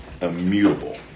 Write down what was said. immutable